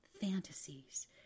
fantasies